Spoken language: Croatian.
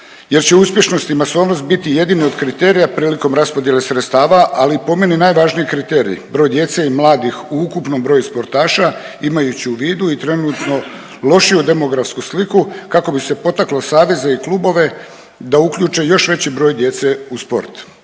jer će uspješnost i masovnost biti jedini od kriterija prilikom raspodjele sredstava, ali po meni najvažniji kriterij broj djece i mladih u ukupnom broju sportaša imajući u vidu i trenutno lošiju demografsku sliku kako bi se potaklo saveze i klube da uključe još veći broj djece u sport.